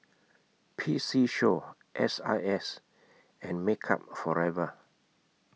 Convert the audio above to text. P C Show S I S and Makeup Forever